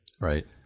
right